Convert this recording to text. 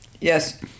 Yes